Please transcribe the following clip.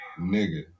nigga